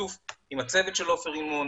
בשיתוף עם הצוות של עופר רימון.